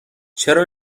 چرا